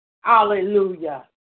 Hallelujah